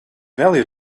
value